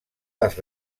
les